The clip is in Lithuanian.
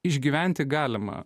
išgyventi galima